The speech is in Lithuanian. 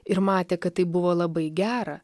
ir matė kad tai buvo labai gera